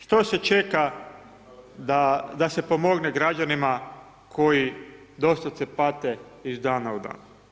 Što se čeka da se pomogne građanima koji doslovce pate iz dana u dan?